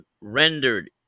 rendered